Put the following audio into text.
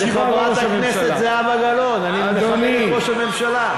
לא ראש הממשלה.